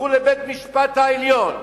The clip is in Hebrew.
תלכו לבית-המשפט העליון,